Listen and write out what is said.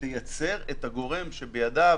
שתייצר את הגורם שבידיו